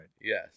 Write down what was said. Yes